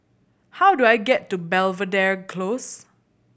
how do I get to Belvedere Close